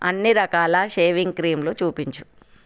అన్ని రకాల షేవింగ్ క్రీంలు చూపించు